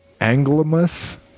Anglimus